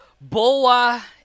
Boa